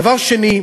דבר שני,